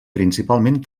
principalment